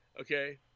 Okay